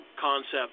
concept